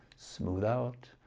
smooth out.